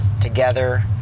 together